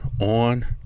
on